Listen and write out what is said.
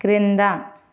క్రింద